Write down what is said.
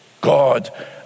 god